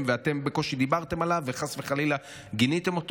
ואתם בקושי דיברתם עליו וחס וחלילה גיניתם אותו?